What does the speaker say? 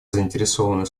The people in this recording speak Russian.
заинтересованные